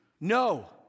No